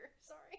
Sorry